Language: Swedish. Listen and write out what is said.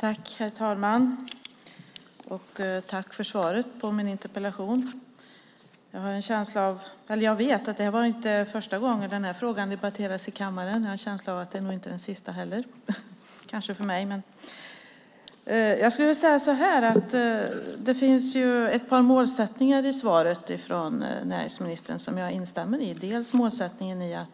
Herr talman! Tack, ministern, för svaret på min interpellation! Jag vet att detta inte är första gången den här frågan debatteras i kammaren, och jag har en känsla av att det inte är den sista heller. Det finns ett par målsättningar i svaret som jag instämmer i. Dels är det målsättningen